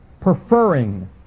preferring